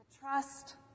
Trust